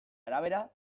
arabera